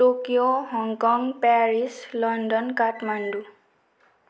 Tokyo Hong Kong Paris London Kathmandu